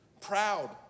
proud